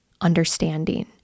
understanding